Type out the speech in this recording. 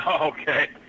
Okay